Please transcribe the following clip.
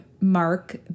Mark